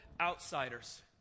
outsiders